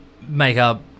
Makeup